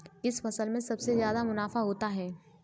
किस फसल में सबसे जादा मुनाफा होता है?